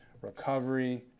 recovery